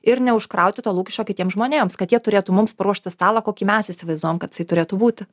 ir neužkrauti to lūkesčio kitiems žmonėms kad jie turėtų mums paruošti stalą kokį mes įsivaizduojam kad jisai turėtų būti